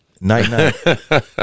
night-night